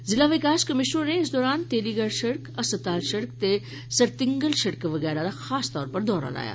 जिला विकास कमिशनर होरें इस दौरान तेलीगड़ सिड़क हस्पताल सिड़क ते सरतिंगल सिड़क वगैरा दा खास तौर पर दौरा लाया